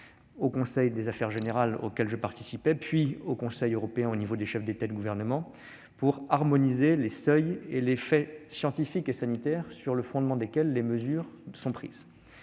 au Conseil des affaires générales, auquel je participais, puis au Conseil européen, réunissant les chefs d'État et de gouvernement, pour harmoniser les seuils et les données scientifiques et sanitaires sur le fondement desquelles les mesures sont prises.